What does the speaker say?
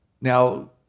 Now